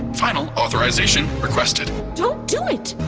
final authorization requested don't do it!